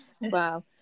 Wow